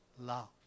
love